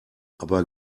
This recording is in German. aber